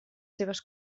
seves